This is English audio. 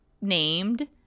named